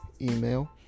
email